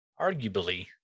arguably